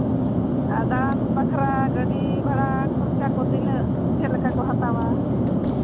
ᱟᱨ ᱫᱟᱬᱟᱱ ᱵᱟᱠᱷᱨᱟ ᱜᱟᱹᱰᱤ ᱵᱷᱟᱲᱟ ᱠᱷᱚᱨᱪᱟ ᱠᱚ ᱛᱤᱱᱟᱹᱜ ᱪᱮᱫ ᱞᱮᱠᱟ ᱠᱚ ᱦᱟᱛᱟᱣᱟ